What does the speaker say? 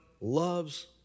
loves